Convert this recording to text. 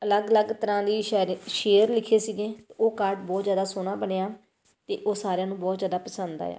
ਅਲੱਗ ਅਲੱਗ ਤਰ੍ਹਾਂ ਦੀ ਸ਼ਾਇਰ ਸ਼ੇਅਰ ਲਿਖੇ ਸੀਗੇ ਉਹ ਕਾਰਡ ਬਹੁਤ ਜ਼ਿਆਦਾ ਸੋਹਣਾ ਬਣਿਆ ਅਤੇ ਉਹ ਸਾਰਿਆਂ ਨੂੰ ਬਹੁਤ ਜ਼ਿਆਦਾ ਪਸੰਦ ਆਇਆ